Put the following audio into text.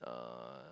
uh